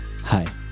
Hi